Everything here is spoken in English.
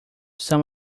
some